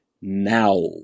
now